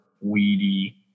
weedy